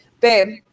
Babe